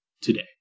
today